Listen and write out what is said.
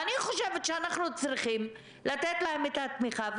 אני חושבת שאנחנו צריכים לתת להם תמיכה,